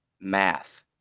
math